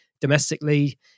domestically